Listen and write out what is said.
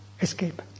escape